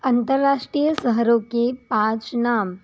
अंतरराष्ट्रीय शहरों के पाँच नाम